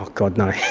god no!